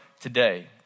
today